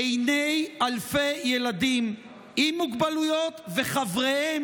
עיני אלפי ילדים עם מוגבלויות וחבריהם